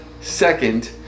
Second